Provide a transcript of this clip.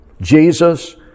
Jesus